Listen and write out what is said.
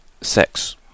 sex